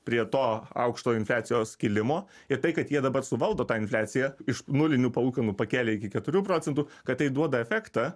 prie to aukšto infliacijos kilimo ir tai kad jie dabar suvaldo tą infliaciją iš nulinių palūkanų pakelė iki keturių procentų kad tai duoda efektą